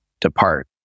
depart